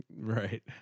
Right